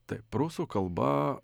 taip prūsų kalba